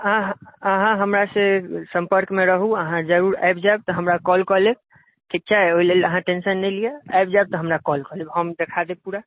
अहाँ हमरा सॅं संपर्क मे रहू अहाँ जरुर आबि जायब तऽ हमरा कॉल कय लेब ठीक छै ओहि लेल अहाँ टेंशन नहि लिअ आबि जायब तऽ हमरा कॉल कय लेब हम देखा देब पूरा